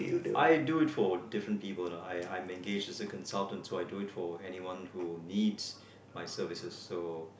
I do through different people I I'm engage as a consultant so I go through anyone who needs my services so